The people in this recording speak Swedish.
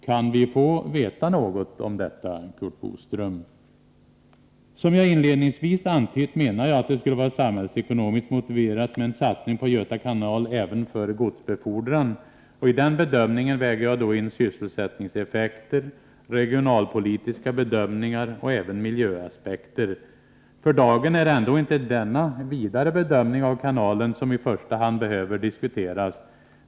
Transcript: Kan vi få veta något om detta, Curt Boström? Som jag inledningsvis antytt menar jag att det skulle vara samhällsekonomiskt motiverat med en satsning på Göta kanal även för godsbefordran. I den bedömningen väger jag då in sysselsättningseffekter, regionalpolitiska bedömningar och även miljöaspekter. För dagen är det ändå inte denna vidare bedömning av kanalen som i första hand behöver diskuteras.